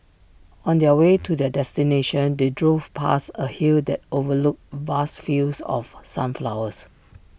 on their way to their destination they drove past A hill that overlooked vast fields of sunflowers